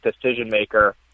decision-maker